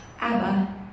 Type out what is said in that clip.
Abba